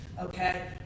okay